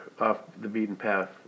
off-the-beaten-path